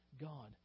God